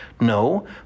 No